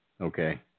Okay